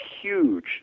huge